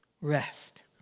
rest